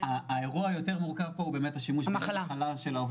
האירוע היותר מורכב פה הוא באמת השימוש בימי מחלה של העובדים.